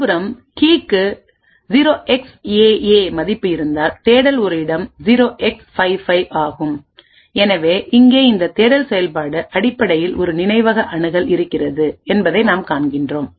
மறுபுறம் கீக்கு 0xAA மதிப்பு இருந்தால் தேடல் ஒரு இடம் 0x55 ஆகும் எனவே இங்கே இந்த தேடல் செயல்பாடு அடிப்படையில் ஒரு நினைவக அணுகல் இருக்கிறது என்பதை நாம் காண்கின்றோம்